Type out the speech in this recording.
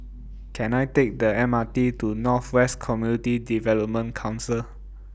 Can I Take The M R T to North West Community Development Council